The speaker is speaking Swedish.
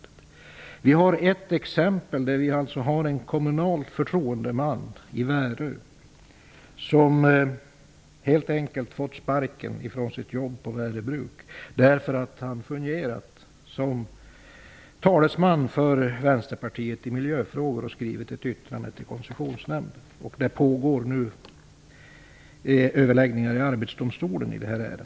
Det finns ett exempel med en kommunal förtroendeman i Värö, som helt enkelt fick sparken från sitt jobb på Värö bruk, därför att han hade fungerat såsom talesman för Vänsterpartiet i miljöfrågor och skrivit ett yttrande till Koncessionsnämnden. I detta ärende pågår nu överläggningar i Arbetsdomstolen.